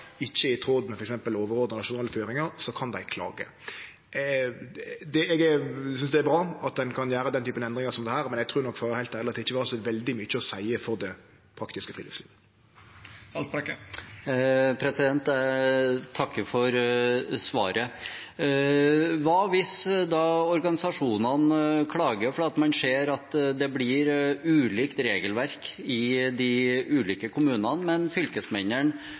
ikkje er i tråd med t.d. overordna journalføringar, kan dei klage. Eg synest det er bra at ein kan gjere slike endringar som dette, men eg trur for å vere heilt ærleg at det ikkje vil ha så veldig mykje å seie for det praktiske friluftslivet. Jeg takker for svaret. Hva om organisasjonene klager fordi man ser at det blir ulikt regelverk i de ulike